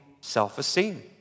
self-esteem